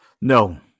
no